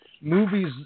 movies